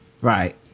Right